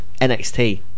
NXT